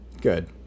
Good